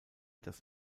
das